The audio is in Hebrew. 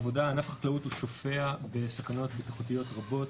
העבודה בענף החקלאות שופע בסכנות בטיחותיות רבות,